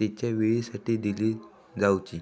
तेच्या सेवेसाठी दिली जावची